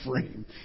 frame